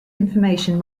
information